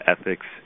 ethics